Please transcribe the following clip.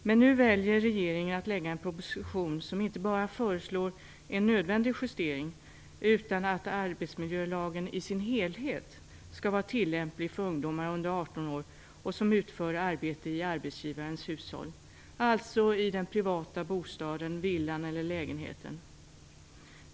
Men nu väljer regeringen att lägga fram en proposition där inte bara en nödvändig justering föreslås utan att arbetsmiljölagen i sin helhet skall vara tillämplig på ungdomar under 18 år som utför arbete i arbetsgivarens hushåll, alltså i den privata bostaden, villan eller lägenheten.